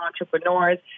entrepreneurs